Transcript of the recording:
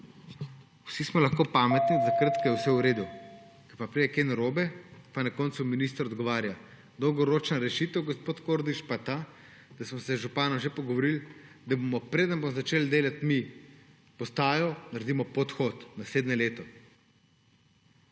Vsi smo lahko pametni takrat, ko je vse v redu, ko pa pride kaj narobe, pa na koncu minister odgovarja. Dolgoročna rešitev, gospod Kordiš, pa je ta, da smo se z županom že pogovorili, da preden bomo začeli delati postajo, naredimo podhod naslednje leto.